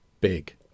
big